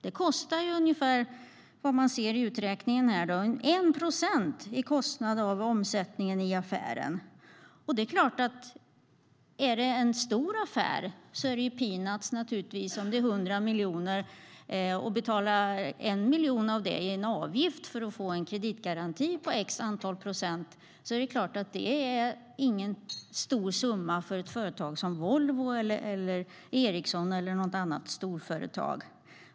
Det kostar ungefär - efter vad man ser i uträkningen här - 1 procent av omsättningen i affären. Det är klart att det är peanuts för ett stort företag att betala 1 miljon i avgift för att få en kreditgaranti på x procent om det gäller en stor affär på 100 miljoner. Det är ingen stor summa för ett företag som Volvo, Ericsson eller något annat storföretag.